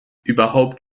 überhaupt